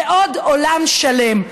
זה עוד עולם שלם.